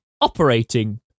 operating